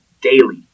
daily